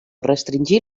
restringir